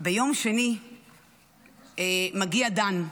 ביום שני מגיע דן,